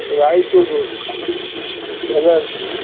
Roychowdhury Banerjee